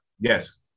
Yes